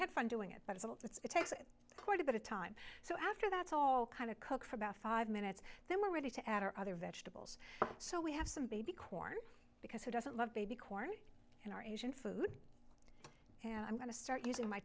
had fun doing it but it's takes quite a bit of time so after that it's all kind of cooked for about five minutes then we're ready to add our other vegetables so we have some baby corn because who doesn't love baby corn and our asian food and i'm going to start using my